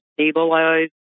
stabilized